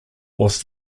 was